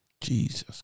Jesus